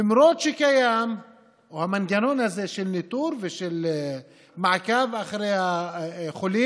למרות שקיים המנגנון הזה של ניטור ושל מעקב אחרי החולים,